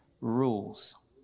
rules